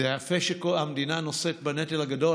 יפה שהמדינה נושאת בנטל הגדול,